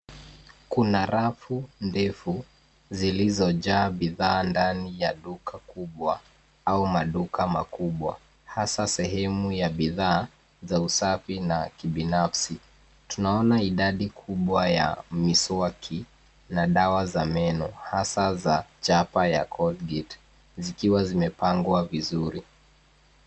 Kuna rafu ndefu zilizojaa bidhaa ndani ya duka kubwa, au maduka makubwa. Hasa sehemu ya bidhaa za usafi na kibinafsi. Tunaona idadi kubwa ya miswaki na dawa za meno ,hasa za chapa ya Colgate, zikiwa zimepangwa vizuri.